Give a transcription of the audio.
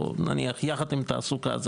או נניח ביחד עם תעסוקה,